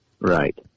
Right